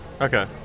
okay